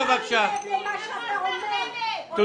--- השר בנט, למה השר בנט